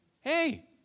hey